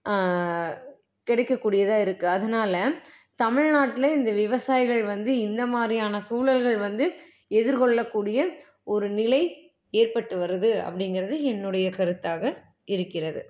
கிடைக்கக்கூடியதா இருக்குது அதனால் தமிழ்நாட்டில் இந்த விவசாயிகள் வந்து இந்தமாதிரியான சூழல்கள் வந்து எதிர்கொள்ளக்கூடிய ஒரு நிலை ஏற்பட்டு வருது அப்படிங்கறது என்னுடைய கருத்தாக இருக்கிறது